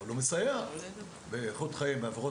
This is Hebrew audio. אבל הוא מסייע באיכות חיים וכו'.